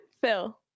Phil